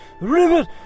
rivet